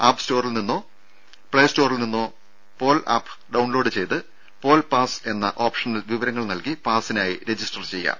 app സ്റ്റോറിൽനിന്നോ play സ്റ്റോറിൽനിന്നോ Pol app download ചെയ്ത് പോൽ പാസ്സ് എന്ന ഓപ്ഷനിൽ വിവരങ്ങൾനൽകി പാസ്സിനായി രജിസ്റ്റർ ചെയ്യാം